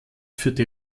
führte